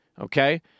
okay